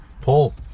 Paul